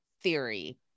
theory